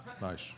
Nice